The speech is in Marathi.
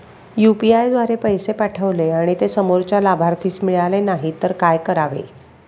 यु.पी.आय द्वारे पैसे पाठवले आणि ते समोरच्या लाभार्थीस मिळाले नाही तर काय करावे?